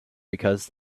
because